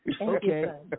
Okay